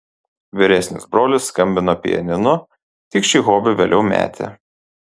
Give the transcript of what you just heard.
vyresnis brolis skambino pianinu tik šį hobį vėliau metė